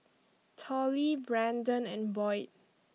Tollie Braden and Boyd